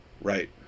Right